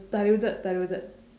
diluted diluted